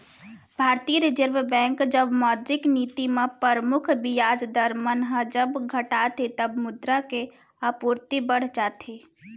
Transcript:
भारतीय reserve bank जब मौद्रिक नीति म परमुख बियाज दर मन ह जब घटाथे तब मुद्रा के आपूरति बड़ जाथे